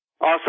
Awesome